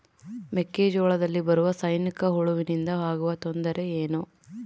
ಮೆಕ್ಕೆಜೋಳದಲ್ಲಿ ಬರುವ ಸೈನಿಕಹುಳುವಿನಿಂದ ಆಗುವ ತೊಂದರೆ ಏನು?